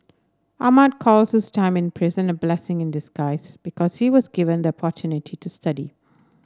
Ahmad calls his time in prison a blessing in disguise because she was given the to study